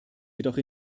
jedoch